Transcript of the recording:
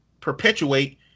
perpetuate